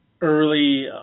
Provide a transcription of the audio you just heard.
early